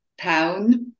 town